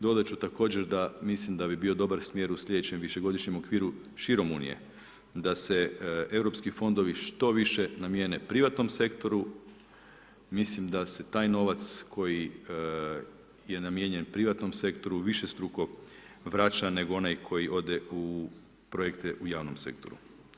Dodat ću također da mislim da bi bio dobar smjer u slijedećem višegodišnjem okviru širom unije da se Europski fondovi što više namijene privatnom sektoru, mislim da se taj novac koji je namijenjen privatnom sektoru višestruko vraća nego onaj koji ode u projekte u javnom sektoru.